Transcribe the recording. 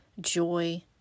joy